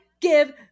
give